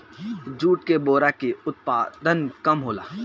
jute के बोरा के उत्पादन कम होला